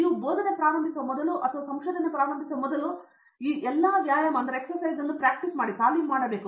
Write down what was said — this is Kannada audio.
ನೀವು ಬೋಧನೆ ಪ್ರಾರಂಭಿಸುವ ಮೊದಲು ಅಥವಾ ನೀವು ಸಂಶೋಧನೆ ಪ್ರಾರಂಭಿಸುವ ಮೊದಲು ಈ ಎಲ್ಲಾ ವ್ಯಾಯಾಮವನ್ನು ನೀವು ತಾಲೀಮು ಮಾಡಬೇಕು